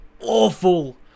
awful